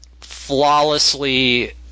flawlessly